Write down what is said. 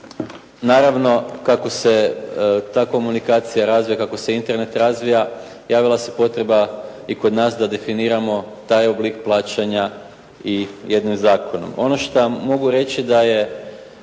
naravno kako se ta komunikacija razvija, kako se Internet razvija javila se potreba i kod nas da definiramo taj oblik plaćanja i jednim zakonom.